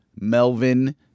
Melvin